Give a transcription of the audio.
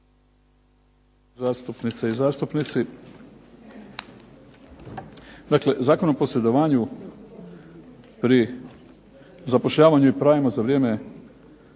a što mijenja Zakon o posredovanju pri zapošljavanju i pravima za vrijeme